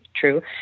true